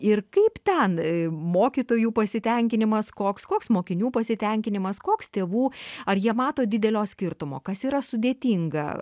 ir kaip ten mokytojų pasitenkinimas koks koks mokinių pasitenkinimas koks tėvų ar jie mato didelio skirtumo kas yra sudėtinga